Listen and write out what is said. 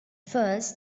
first